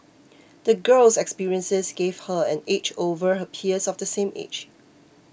the girl's experiences gave her an edge over her peers of the same age